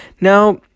Now